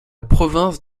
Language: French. province